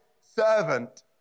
servant